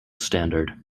standard